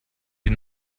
die